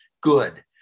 good